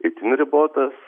itin ribotas